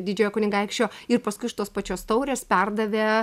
didžiojo kunigaikščio ir paskui iš tos pačios taurės perdavė